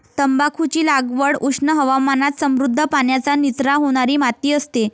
तंबाखूची लागवड उष्ण हवामानात समृद्ध, पाण्याचा निचरा होणारी माती असते